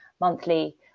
monthly